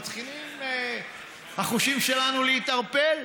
מתחילים החושים שלנו להתערפל,